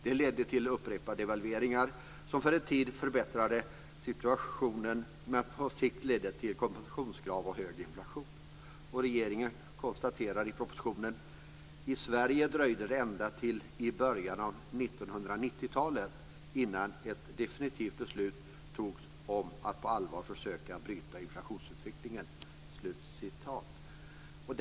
Detta ledde till upprepade devalveringar som för en tid förbättrade situationen men på sikt ledde till kompensationskrav och hög inflation. Regeringen konstaterar i propositionen: "I Sverige dröjde det ända till början av 1990-talet innan ett definitivt beslut togs om att på allvar försöka bryta inflationsutvecklingen."